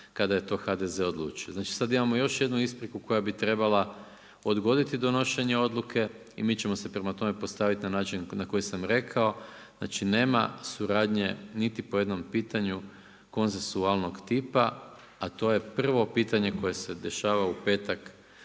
kada je to HDZ odlučio. Znači sada imamo još jednu ispriku koja bi trebala odgoditi donošenje odluke i mi ćemo se prema tome postaviti na način na koji sam rekao, znači nema suradnje niti po jednom pitanju konsensualnog tipa a to je prvo pitanje koje se dešava u petak,